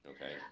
Okay